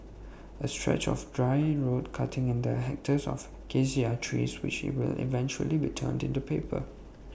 A stretch of dry road cutting in the hectares of Acacia trees which will eventually be turned into paper